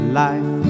life